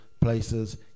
places